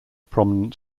prominent